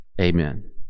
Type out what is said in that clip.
Amen